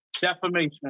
Defamation